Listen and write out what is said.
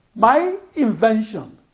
my invention